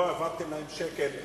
לא העברתם להם שקל.